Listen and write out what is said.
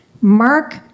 Mark